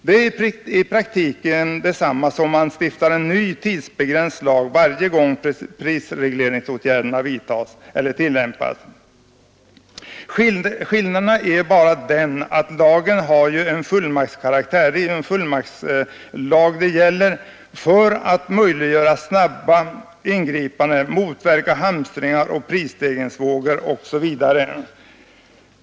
Det är i praktiken detsamma som att man stiftar en ny tidsbegränsad lag varje gång prisregleringsåtgärder tillämpas — skillnaden är bara den att lagen har fullmaktskaraktär för att möjliggöra snabba ingripanden, motverka hamstringar och prisstegringsvågor osv.